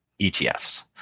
ETFs